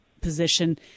position